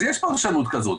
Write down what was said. אז יש פרשנות כזאת,